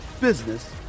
business